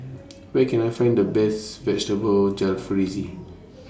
Where Can I Find The Best Vegetable Jalfrezi